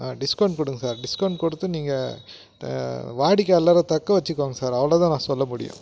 discount கொடுங்க sir discount கொடுத்து நீங்கள் வாடிக்கையாளரை தக்க வச்சுக்கோங்க சார் அவ்வளோதான் நான் சொல்ல முடியும்